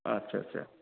आथ्सा आथ्सा